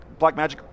Blackmagic